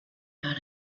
out